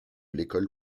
l’école